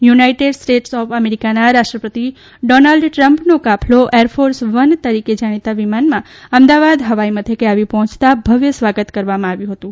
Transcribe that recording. United states of અમેરિકાના રાષ્ટ્રપતિ Donald Trump નો કાફલો એરફોર્સ વન તરીકે જાણીતા વિમાન માં અમદાવાદ પહોયતા ભવ્ય સ્વાગત કરવામાં આવ્યું હતું